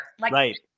Right